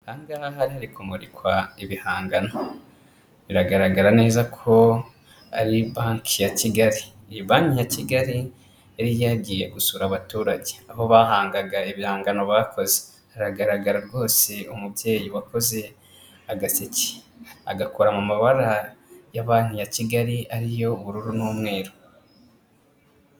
Aha ngaha hari hari kumurikwa ibihangano, biragaragara neza ko ari banki ya Kigali, iyi banki ya Kigali; yari yagiye gusura abaturage, aho bamurikaga ibihangano bakoze, hagaragara rwose umubyeyi wakoze agaseke, agakora mu mabara ya banki ya Kigali; ariyo ubururu n'umweru.